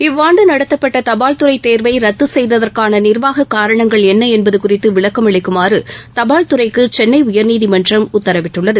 இவ்வாண்டு நடத்தப்பட்ட தபால்துறை தேர்வை ரத்து செய்ததற்கான நிர்வாக காரணங்கள் என்ன என்பது குறித்து விளக்கமளிக்குமாறு தபால் துறைக்கு சென்னை உயர்நீதிமன்றம் உத்தரவிட்டுள்ளது